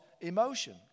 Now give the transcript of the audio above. emotion